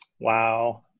wow